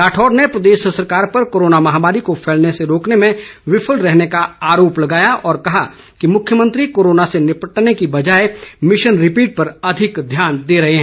राठौर ने प्रदेश सरकार पर कोरोना महामारी को फैलने से रोकने में विफल रहने का आरोप लगाया और कहा कि मुख्यमंत्री कोरोना से निपटने की बजाय मिशन रिपीट पर अधिक ध्यान दे रहे हैं